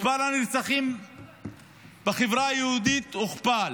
מספר הנרצחים בחברה היהודית הוכפל,